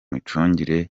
micungire